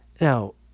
now